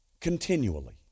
continually